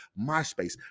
MySpace